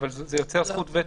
אבל זה יוצר זכות וטו.